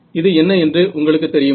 இது என்ன என்று உங்களுக்கு தெரியுமா